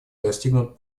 достигнут